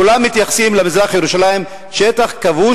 כולם מתייחסים למזרח-ירושלים כאל שטח כבוש,